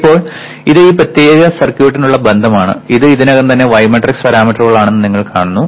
ഇപ്പോൾ ഇത് ഈ പ്രത്യേക സർക്യൂട്ടിനുള്ള ബന്ധമാണ് ഇത് ഇത് ഇതിനകം തന്നെ y മാട്രിക്സ് പാരാമീറ്ററുകളാണെന്ന് നിങ്ങൾ കാണുന്നു